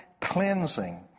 cleansing